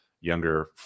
younger